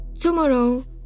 Tomorrow